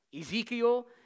Ezekiel